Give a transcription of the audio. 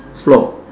floor